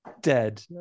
dead